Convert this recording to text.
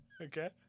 Okay